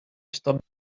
stop